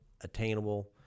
attainable